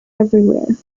everywhere